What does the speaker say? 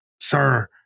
sir